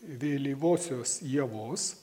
vėlyvosios ievos